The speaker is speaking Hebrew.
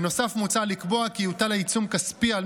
בנוסף מוצע לקבוע כי יוטל עיצום כספי בסך של 14,400